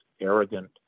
arrogant